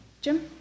Jim